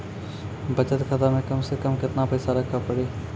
बचत खाता मे कम से कम केतना पैसा रखे पड़ी?